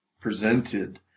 presented